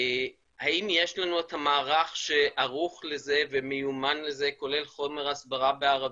האם יש לנו את המערך שערוך לזה ומיומן לזה כולל חומר הסברה בערבית,